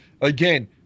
Again